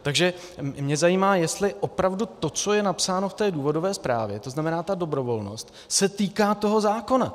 Takže mě zajímá, jestli opravdu to, co je napsáno v důvodové zprávě, tzn. ta dobrovolnost, se týká toho zákona.